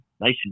nice